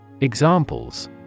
Examples